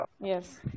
Yes